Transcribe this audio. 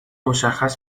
مشخص